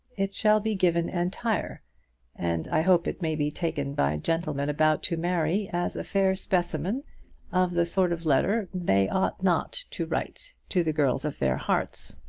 it shall be given entire and i hope it may be taken by gentlemen about to marry as a fair specimen of the sort of letter they ought not to write to the girls of their hearts